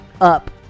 up